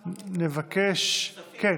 כספים.